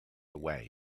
away